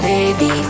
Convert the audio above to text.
Baby